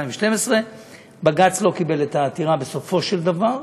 2012-2011. בג"ץ לא קיבל את העתירה, בסופו של דבר,